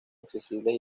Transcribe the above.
accesibles